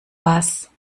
was